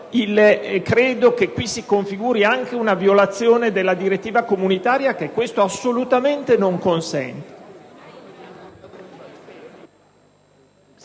modo si configura anche una violazione della direttiva comunitaria, che questo assolutamente non consente.